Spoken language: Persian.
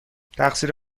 تقصیر